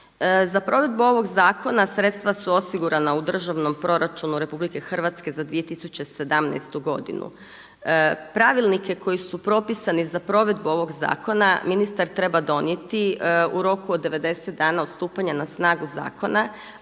Za provedbu ovog zakona sredstva su osigurana u državnom proračunu RH za 2017. godinu. Pravilnike koji su propisani za provedbu ovog zakona, ministar treba donijeti u roku od 90 dana od stupanja na snagu zakona,